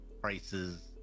prices